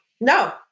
no